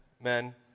men